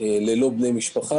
ללא בני משפחה.